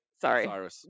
sorry